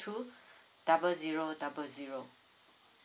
two double zero double zero